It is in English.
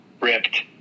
ripped